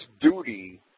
duty